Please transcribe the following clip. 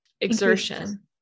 exertion